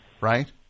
Right